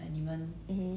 K ya sia actually